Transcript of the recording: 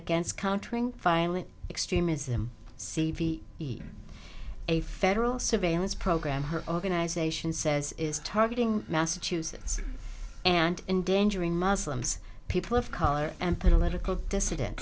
against countering violent extremism cv a federal surveillance program her organization says is targeting massachusetts and endangering muslims people of color and political dissidents